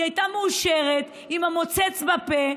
היא הייתה מאושרת עם המוצץ בפה,